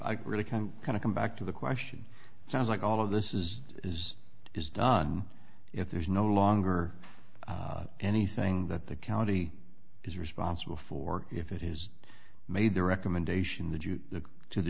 i really can kind of come back to the question it sounds like all of this is is is done if there's no longer anything that the county is responsible for if it is made the recommendation that you